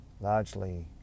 largely